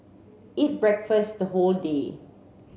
eat breakfast the whole day